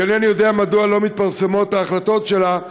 שאינני יודע מדוע לא מתפרסמות ההחלטות שלה,